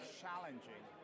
challenging